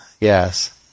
Yes